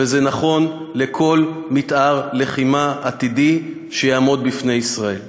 וזה נכון לכל מתאר לחימה עתידי שיעמוד בפני ישראל.